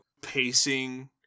pacing